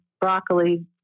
broccoli